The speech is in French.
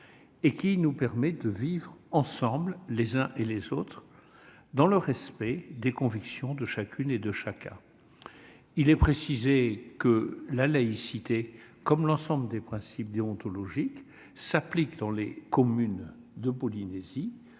et qui nous permet de vivre ensemble dans le respect des convictions de chacune et de chacun. Il est précisé que la laïcité, comme l'ensemble des principes déontologiques, s'applique dans les communes de Polynésie